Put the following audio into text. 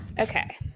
Okay